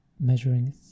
measuring